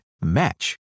match